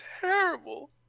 terrible